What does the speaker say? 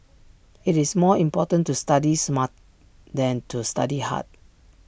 IT is more important to study smart than to study hard